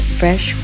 fresh